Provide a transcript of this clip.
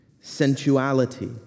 sensuality